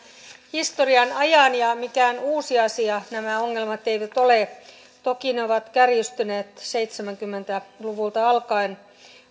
historian ajan ja mikään uusi asia nämä ongelmat eivät ole toki ne ovat kärjistyneet seitsemänkymmentä luvulta alkaen